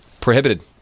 prohibited